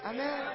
Amen